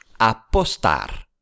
apostar